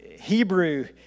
Hebrew